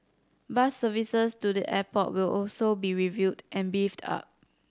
bus services to the airport will also be reviewed and beefed up